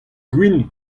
gwin